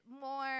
more